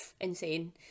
insane